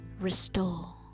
restore